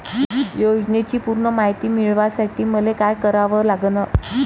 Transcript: योजनेची पूर्ण मायती मिळवासाठी मले का करावं लागन?